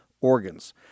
organs